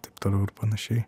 taip toliau ir panašiai